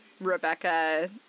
Rebecca